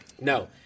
No